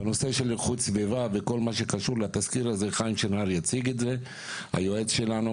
את הנושא של איכות סביבה וכל מה שקשור יציג חיים שנהר היועץ שלנו,